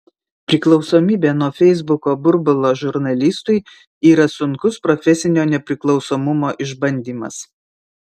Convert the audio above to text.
priklausomybė nuo feisbuko burbulo žurnalistui yra sunkus profesinio nepriklausomumo išbandymas